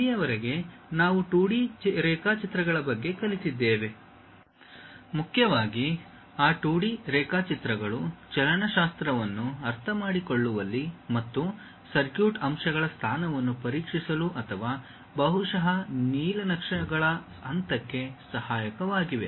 ಇಲ್ಲಿಯವರೆಗೆ ನಾವು 2 ಡಿ ರೇಖಾಚಿತ್ರಗಳ ಬಗ್ಗೆ ಕಲಿತಿದ್ದೇವೆ ಮುಖ್ಯವಾಗಿ ಆ 2 ಡಿ ರೇಖಾಚಿತ್ರಗಳು ಚಲನಶಾಸ್ತ್ರವನ್ನು ಅರ್ಥಮಾಡಿಕೊಳ್ಳುವಲ್ಲಿ ಮತ್ತು ಸರ್ಕ್ಯೂಟ್ ಅಂಶಗಳ ಸ್ಥಾನವನ್ನು ಪರೀಕ್ಷಿಸಲು ಅಥವಾ ಬಹುಶಃ ನೀಲನಕ್ಷೆಗಳ ಹಂತಕ್ಕೆ ಸಹಾಯಕವಾಗಿವೆ